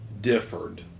differed